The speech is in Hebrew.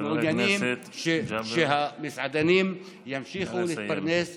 אנחנו מעוניינים שהמסעדנים ימשיכו להתפרנס בכבוד.